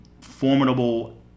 formidable